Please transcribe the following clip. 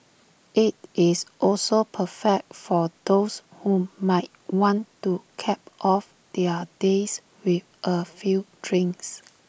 IT is also perfect for those who might want to cap off their days with A few drinks